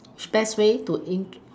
best way to